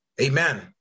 Amen